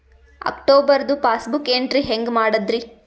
ಅಕ್ಟೋಬರ್ದು passbook entry ಹೆಂಗ್ ಮಾಡದ್ರಿ?